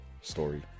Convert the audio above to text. story